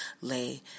lay